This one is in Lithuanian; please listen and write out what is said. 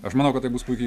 aš manau kad tai bus puiki